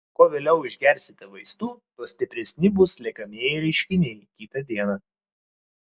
kuo vėliau išgersite vaistų tuo stipresni bus liekamieji reiškiniai kitą dieną